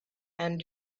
and